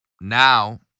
now